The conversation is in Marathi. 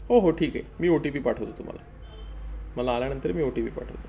हो हो ठीक आहे मी ओ टी पी पाठवतो तुम्हाला मला आल्यानंतर मी ओ टी पी पाठवतो